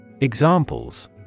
Examples